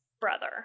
brother